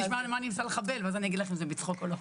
תאמרי לי קודם במה אני מנסה לחבל ואז אני אומר לך אם זה בצחוק או לא.